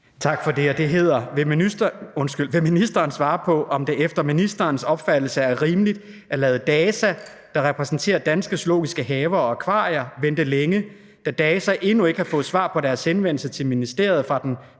Aastrup Jensen (V): Vil ministeren svare på, om det efter ministeren opfattelse er rimeligt at lade DAZA, der repræsenterer danske zoologiske haver og akvarier, vente længe, da DAZA endnu ikke har fået svar på deres henvendelse til ministeriet fra den